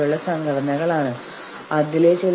ഒപ്പം ഇത് ഒരു സ്തംഭനാവസ്ഥയുണ്ടാക്കുന്നു